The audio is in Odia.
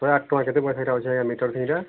ଶହେ ଆଠ ଟଙ୍କା କେତେ ପଇସା ଏଇଟା ହେଉଛି ଆଜ୍ଞା ମିଟର ସେଇଟା